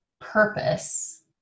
purpose